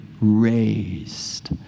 raised